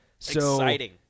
Exciting